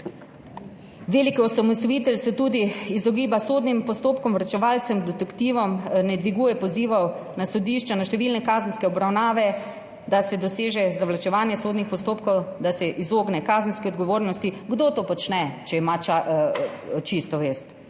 veliki osamosvojitelj se tudi izogiba sodnim postopkom, vročevalcem, detektivom, ne dviguje pozivov na sodišča, na številne kazenske obravnave, da se doseže zavlačevanje sodnih postopkov, da se izogne kazenski odgovornosti. Kdo to počne, če ima čisto vest?